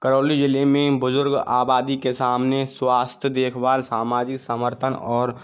करौली ज़िले में बुज़ुर्ग आबादी के सामने स्वास्थ्य देखभाल सामाजिक समर्थन और